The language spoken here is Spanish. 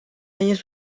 años